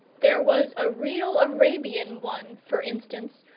there was a real arabian one, for instance,